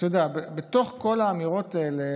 אתה יודע, בתוך כל האמירות האלה